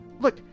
look